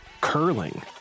curling